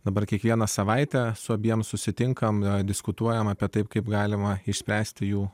dabar kiekvieną savaitę su abiem susitinkame diskutuojame apie taip kaip galima išspręsti jų